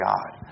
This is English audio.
God